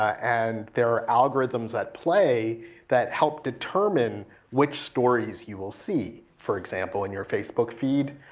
and there are algorithms at play that help determine which stories you will see. for example on your facebook feed,